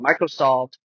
Microsoft